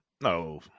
no